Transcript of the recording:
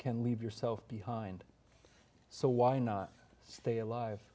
can leave yourself behind so why not stay alive